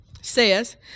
says